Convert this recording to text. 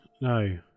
No